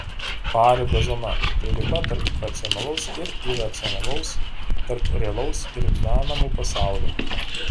paribio zona tai riba tarp racionalaus ir iracionalaus tarp realaus ir menamų pasaulių